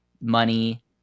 money